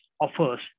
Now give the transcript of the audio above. offers